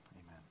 Amen